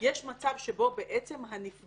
יש מצב שבו הנפגעת,